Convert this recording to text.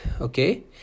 okay